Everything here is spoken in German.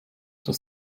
das